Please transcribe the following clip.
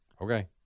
Okay